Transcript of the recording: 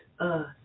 earth